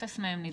אפס מהם נדבקו,